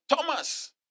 Thomas